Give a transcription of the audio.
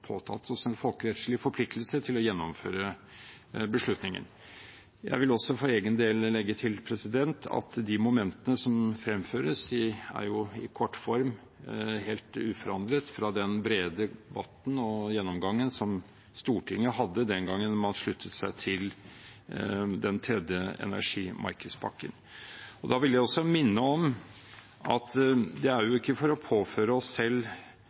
påtatt oss en folkerettslig forpliktelse til å gjennomføre beslutningen. Jeg vil for egen del legge til at de momentene som fremføres, i kortform er helt uforandret fra den brede debatten og gjennomgangen som Stortinget hadde den gangen man sluttet seg til den tredje energimarkedspakken. Jeg vil minne om at det ikke er for å påføre oss selv